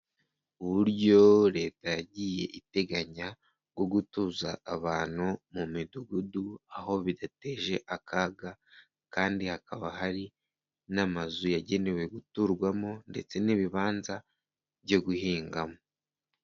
Uburyo leta yagiye iteganya bwo gutuza abantu mu midugudu, aho bidateje akaga kandi hakaba hari n'amazu yagenewe guturwamo ndetse n'ibibanza byo guhingamo.